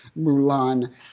Mulan